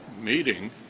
meeting